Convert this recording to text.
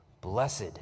blessed